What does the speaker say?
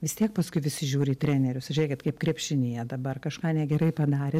vis tiek paskui visi žiūri į trenerius žiūrėkit kaip krepšinyje dabar kažką negerai padarė